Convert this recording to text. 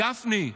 גפני,